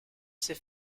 s’est